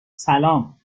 سلام